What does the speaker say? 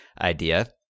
idea